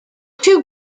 two